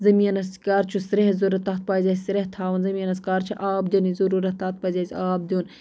زٔمیٖنَس کَر چھُ سرٛیٚہہ ضرورَت تَتھ پَزِ اَسہِ سرٛیٚہہ تھاوُن زٔمیٖنَس کَر چھُ آب دِنٕچ ضروٗرَت تَتھ پَزِ اَسہِ آب دیُن